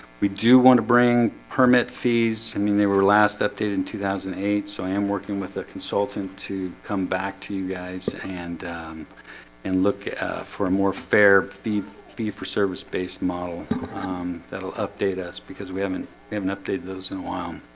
we do want to bring permit fees, i mean they were last updated in two thousand and eight so i am working with a consultant to come back to you guys and and look for a more fair the fee-for-service based model that will update us because we haven't haven't updated those in a while